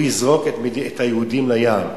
הוא יזרוק את היהודים לים.